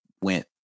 went